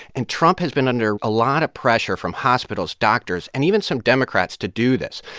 and trump has been under a lot of pressure from hospitals, doctors and even some democrats to do this.